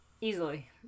easily